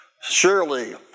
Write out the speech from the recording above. Surely